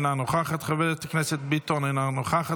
אינה נוכחת,